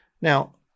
Now